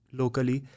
locally